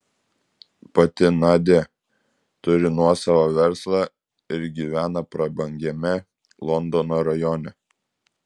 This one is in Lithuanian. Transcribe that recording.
pati nadia turi nuosavą verslą ir gyvena prabangiame londono rajone